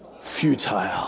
futile